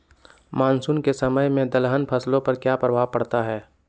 Monsoon के समय में दलहन फसलो पर क्या प्रभाव पड़ता हैँ?